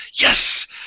Yes